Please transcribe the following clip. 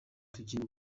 tugiye